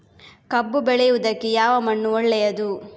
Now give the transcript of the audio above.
ಕಬ್ಬು ಬೆಳೆಯುವುದಕ್ಕೆ ಯಾವ ಮಣ್ಣು ಒಳ್ಳೆಯದು?